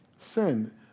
sin